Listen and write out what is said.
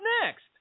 next